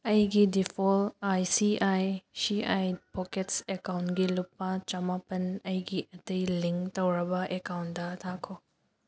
ꯑꯩꯒꯤ default I C I C I pockets ꯑꯦꯀꯥꯎꯟꯒꯤ ꯂꯨꯄꯥ ꯆꯃꯥꯄꯟ ꯑꯩꯒꯤ ꯑꯇꯩ ꯂꯤꯡ ꯇꯧꯔꯕ ꯑꯦꯀꯥꯎꯟꯗ ꯊꯥꯈꯣ